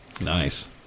Nice